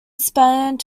spent